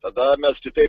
tada mes kitaip